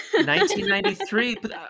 1993